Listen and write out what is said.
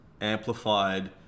amplified